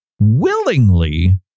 willingly